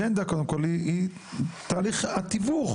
האג'נדה היא תהליך התיווך,